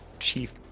Chief